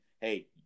hey